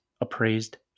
appraised